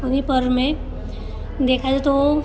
उन्ही पर्व में देखा जाए तो